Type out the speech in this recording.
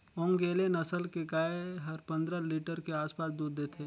ओन्गेले नसल के गाय हर पंद्रह लीटर के आसपास दूद देथे